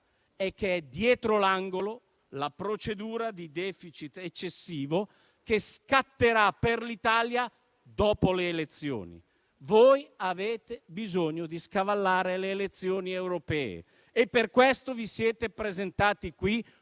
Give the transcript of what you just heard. è che è dietro l'angolo la procedura di *deficit* eccessivo che scatterà per l'Italia dopo le elezioni. Voi avete bisogno di scavallare le elezioni europee e per questo vi siete presentati qui